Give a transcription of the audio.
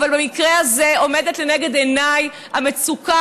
אבל במקרה הזה עומדת לנגד עיניי המצוקה